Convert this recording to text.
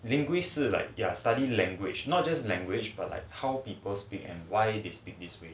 linguists 是 like ya study language not just language but like how people speak and why they speak this way